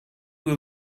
were